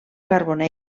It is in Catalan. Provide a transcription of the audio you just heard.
carbonell